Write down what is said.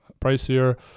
pricier